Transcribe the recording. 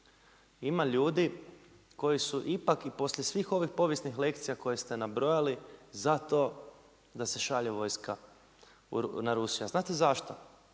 ima ljudi koji su ipak i poslije svih ovih povijesnih lekcija koje ste nabrojali za to da se šalje vojska na Rusiju. A znate zašto?